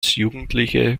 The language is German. jugendliche